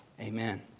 Amen